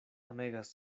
amegas